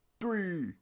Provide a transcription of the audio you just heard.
three